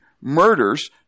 murders